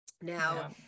Now